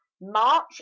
March